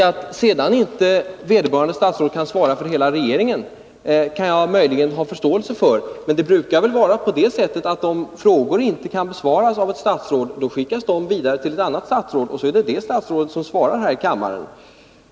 Att vederbörande statsråd sedan inte kan svara för hela regeringen kan jag möjligen ha förståelse för, men det brukar väl gå till så att om frågor inte kan besvaras av ett statsråd, så skickas de vidare till ett annat statsråd som sedan svarar här i kammaren.